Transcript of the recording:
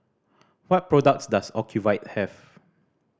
what products does Ocuvite have